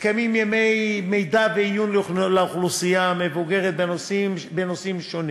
מתקיימים ימי מידע ועיון לאוכלוסייה המבוגרת בנושאים שונים.